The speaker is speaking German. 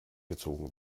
gezogen